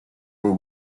were